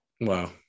Wow